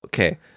Okay